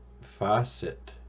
facet